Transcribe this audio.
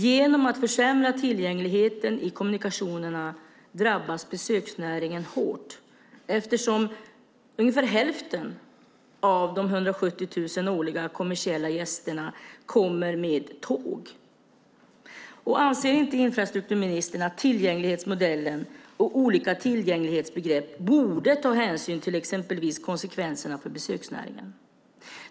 Genom att tillgängligheten i kommunikationerna försämras drabbas besöksnäringen hårt eftersom ungefär hälften av de 170 000 årliga kommersiella gästerna kommer med tåg. Anser inte infrastrukturministern att tillgänglighetsmodellen och olika tillgänglighetsbegrepp borde ta hänsyn till exempelvis konsekvenserna för besöksnäringen?